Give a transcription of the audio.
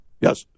yes